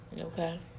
Okay